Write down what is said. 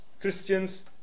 Christians